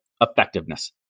effectiveness